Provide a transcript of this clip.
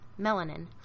melanin